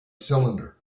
cylinder